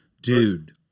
Dude